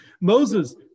Moses